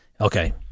Okay